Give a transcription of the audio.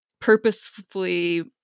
purposefully